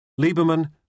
Lieberman